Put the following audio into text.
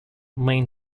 main